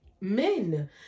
men